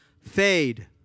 fade